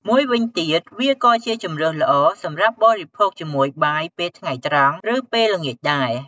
មួយវិញទៀត វាក៏ជាជម្រើសល្អសម្រាប់បរិភោគជាមួយបាយពេលថ្ងៃត្រង់ ឬពេលល្ងាចដែរ។